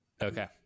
Okay